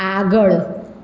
આગળ